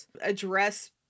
address